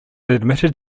admitted